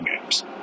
games